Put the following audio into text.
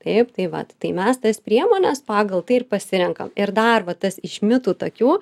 taip tai vat tai mes tas priemones pagal tai ir pasirenkam ir dar va tas iš mitų tokių